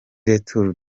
retour